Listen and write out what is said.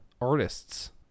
artists